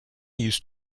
used